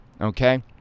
okay